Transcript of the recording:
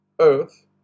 Earth